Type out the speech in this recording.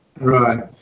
Right